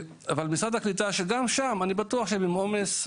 במשרד הקליטה אני בטוח שהם עם עומס,